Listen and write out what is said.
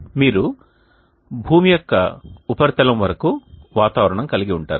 మీరు భూమి యొక్క ఉపరితలం వరకు వాతావరణం కలిగి ఉంటారు